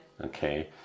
okay